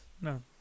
No